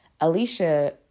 Alicia